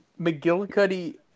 McGillicuddy